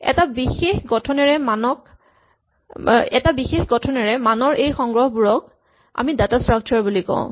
এটা বিশেষ গঠনেৰে মানৰ এই সংগ্ৰহবোৰকে আমি ডাটা স্ট্ৰাক্সাৰ বুলি কওঁ